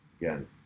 Again